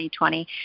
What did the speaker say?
2020